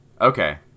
Okay